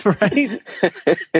Right